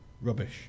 rubbish